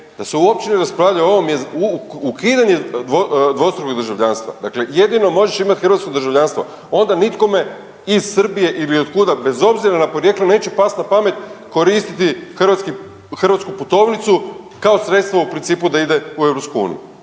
da se uopće ne raspravlja o ovom ukidanju dvostrukog državljanstva, dakle jedino možeš imat hrvatsko državljanstvo onda nitkome iz Srbije ili otkuda bez obzira na porijeklo neće past na pamet koristiti hrvatsku putovnicu kao sredstvo u principu da ide u EU.